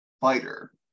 fighter